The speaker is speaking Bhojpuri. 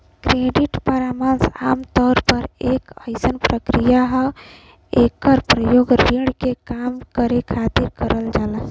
क्रेडिट परामर्श आमतौर पर एक अइसन प्रक्रिया हौ एकर प्रयोग ऋण के कम करे खातिर करल जाला